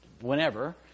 whenever